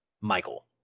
Michael